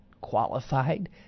qualified